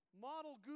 Model